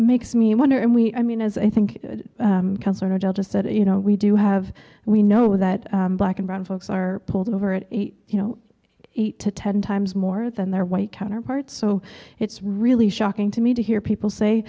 makes me wonder and we i mean as i think you know we do have we know that black and brown folks are pulled over at you know eight to ten times more than their white counterparts so it's really shocking to me to hear people say